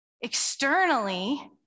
externally